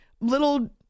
little